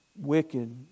wicked